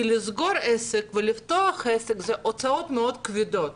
כי לסגור עסק ולפתוח עסק זה הוצאות מאוד כבדות,